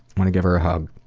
want to give her a hug.